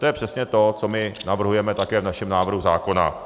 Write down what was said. To je přesně to, co my navrhujeme také v našem návrhu zákona.